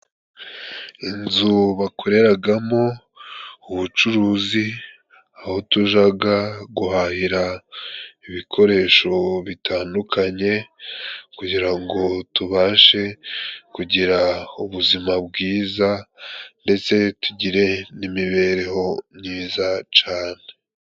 Inzu bakoreragamo ubucuruzi aho tujaga guhahira ibikoresho bitandukanye, kugira ngo tubashe kugira ubuzima bwiza, ndetse tugire n'imibereho myiza cane.